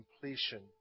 completion